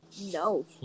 No